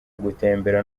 gutembera